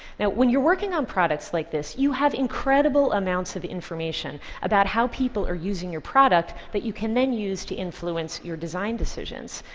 when you're working on products like this, you have incredible amounts of information about how people are using your product that you can then use to influence your design decisions,